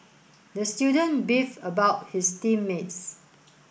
the student beefed about his team mates